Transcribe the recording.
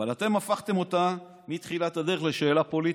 אבל אתם הפכתם אותה מתחילת הדרך לשאלה פוליטית,